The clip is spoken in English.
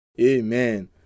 Amen